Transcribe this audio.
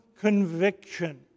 conviction